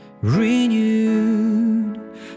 renewed